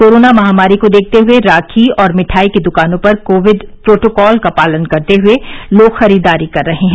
corona महामारी को देखते हुए राखी और मिठाई की द्कानों पर कोविड प्रोटोकॉल का पालन करते हए लोग खरीदारी कर रहे हैं